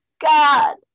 god